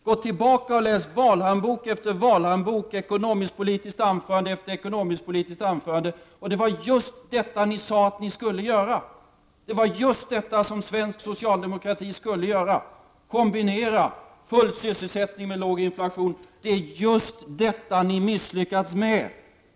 Gå tillbaka och läs valhandbok efter valhandbok och ekonomiskt-politiskt anförande efter ekonomiskt-politiskt anförande! Det var just detta ni sade att svensk socialdemokrati skulle göra — kombinera full sysselsättning med låg inflation. Det är just detta ni har misslyckats med.